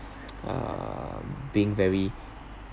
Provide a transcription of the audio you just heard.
um being very